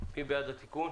מי בעד התיקון?